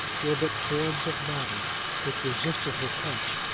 were but forms of matter which resisted her touch,